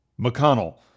McConnell